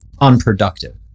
unproductive